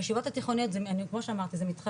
בישיבות התיכוניות זה מתחלק,